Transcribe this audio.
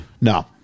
no